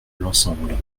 l’ensemble